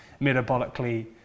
metabolically